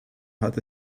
hat